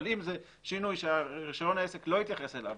אבל אם זה שינוי שרישיון העסק לא התייחס אליו,